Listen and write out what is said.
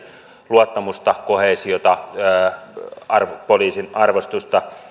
luottamusta koheesiota ja poliisin arvostusta